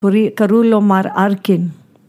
פורי קרולומר ארקין